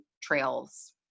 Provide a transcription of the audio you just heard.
trails